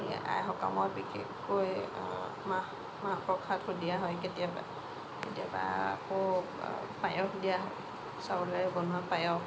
এই আই সকামত বিশেষকৈ মাহ মাহ প্ৰসাদো দিয়া হয় কেতিয়াবা কেতিয়াবা আকৌ পায়স দিয়া হয় চাউলেৰে বনোৱা পায়স